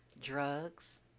drugs